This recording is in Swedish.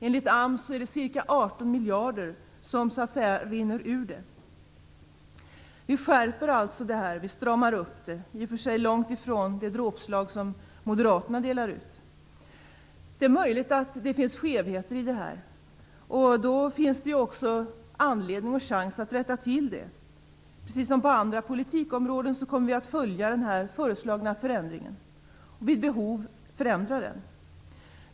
Enligt AMS är det ca 18 miljarder som så att säga rinner ur det. Vi skärper alltså detta och stramar upp det, men det är långt ifrån det dråpslag som moderaterna delar ut. Det är möjligt att det finns skevheter i detta. Då finns det också anledning och chans att rätta till det. Precis som på andra politikområden kommer vi att följa den föreslagna förändringen och förändra den vid behov.